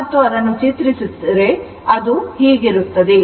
ಮತ್ತು ಅದನ್ನು ಚಿತ್ರಿಸಿದರೆ ಅದು ಹೀಗಿರುತ್ತದೆ